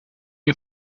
you